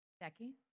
Becky